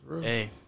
Hey